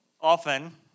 often